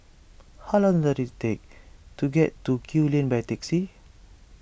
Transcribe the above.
how long does it take to get to Kew Lane by taxi